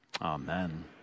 Amen